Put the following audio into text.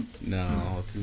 No